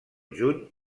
juny